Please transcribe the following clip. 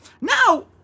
Now